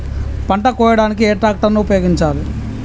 పంట కోయడానికి ఏ ట్రాక్టర్ ని ఉపయోగించాలి?